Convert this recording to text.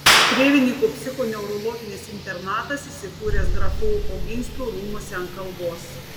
strėvininkų psichoneurologinis internatas įsikūręs grafų oginskių rūmuose ant kalvos